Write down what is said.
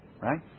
Right